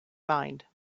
mind